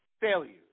failures